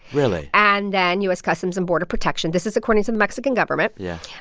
really? and then u s. customs and border protection this is according to the mexican government. yeah.